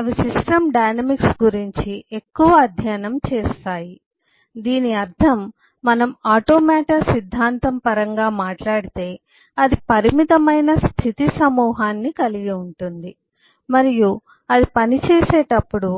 అవి system dynamics గురించి ఎక్కువ అధ్యయనం చేస్తాయి దీని అర్థం మనం ఆటోమాటా సిద్ధాంతం పరంగా మాట్లాడితే అది పరిమితమైన స్థితి సమూహాన్ని కలిగి ఉంటుంది మరియు అది పనిచేసేటప్పుడు